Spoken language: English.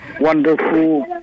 wonderful